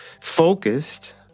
focused